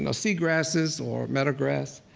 and sea grasses or meadow grass.